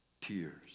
tears